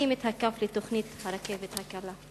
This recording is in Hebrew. מטים את הכף לכיוון הרכבת הקלה?